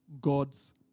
God's